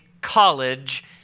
college